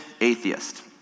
Atheist